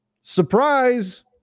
surprise